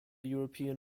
european